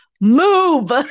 move